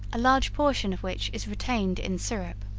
a large portion of which is retained in syrup.